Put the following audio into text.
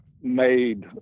made